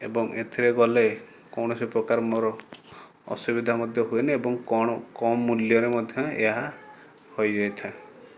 ଏବଂ ଏଥିରେ ଗଲେ କୌଣସି ପ୍ରକାର ମୋର ଅସୁବିଧା ମଧ୍ୟ ହୁଏନି ଏବଂ କ'ଣ କମ ମୂଲ୍ୟରେ ମଧ୍ୟ ଏହା ହୋଇଯାଇଥାଏ